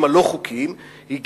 כדאי שנדע שהאפריקנים,